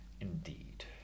indeed